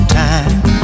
time